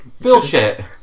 Bullshit